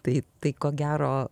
tai tai ko gero